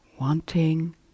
wanting